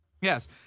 Yes